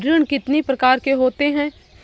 ऋण कितनी प्रकार के होते हैं?